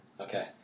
Okay